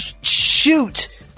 shoot